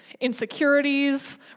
Insecurities